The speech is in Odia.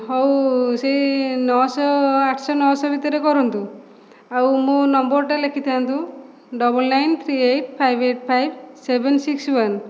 ହେଉ ସେହି ନଅ ଶହ ଆଠ ଶହ ଭିତରେ କରନ୍ତୁ ଆଉ ମୋ ନମ୍ବରଟା ଲେଖିଥାନ୍ତୁ double nine three eight five eight five seven six one